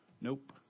nope